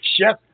Chef